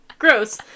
gross